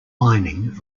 mining